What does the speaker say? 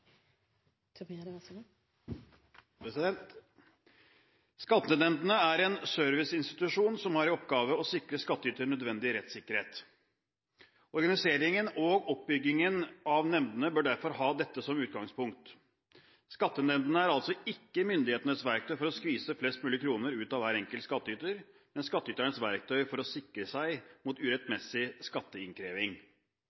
en serviceinstitusjon som har som oppgave å sikre skattyter nødvendig rettssikkerhet. Organiseringen og oppbyggingen av nemndene bør derfor ha dette som utgangspunkt. Skattenemndene er altså ikke myndighetenes verktøy for å skvise flest mulig kroner ut av hver enkelt skattyter, men skattyternes verktøy for å sikre seg mot